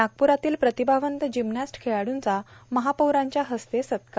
नागपुरातील प्रतिभावंत जिमनास्ट खेळाडूंचा महापौरांच्या हस्ते सत्कार